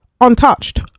untouched